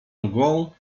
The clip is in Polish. mgłą